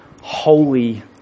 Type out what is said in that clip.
holy